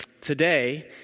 Today